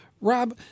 Rob